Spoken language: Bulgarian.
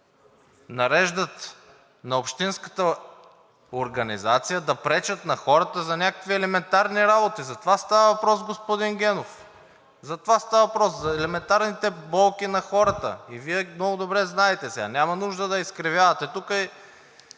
нареждат на общинската организация да пречат на хората за някакви елементарни работи, затова става въпрос, господин Генов, за елементарните болки на хората. Вие много добре знаете и няма нужда да изкривявате тук и